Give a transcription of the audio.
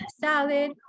salad